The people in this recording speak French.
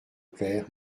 plaire